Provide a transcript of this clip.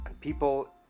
people